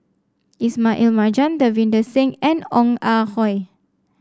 Ismail Marjan Davinder Singh and Ong Ah Hoi